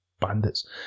bandits